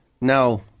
No